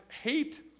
hate